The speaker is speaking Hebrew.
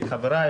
את חבריי,